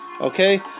Okay